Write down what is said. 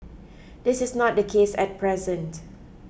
this is not the case at present